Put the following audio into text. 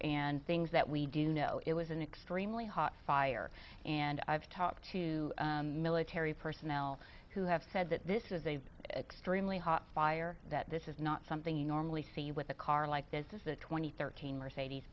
and things that we do know it was an extremely hot fire and i've talked to military personnel who have said that this is a extremely hot fire that this is not something you normally see with a car like this is that twenty thirteen mercedes